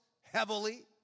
heavily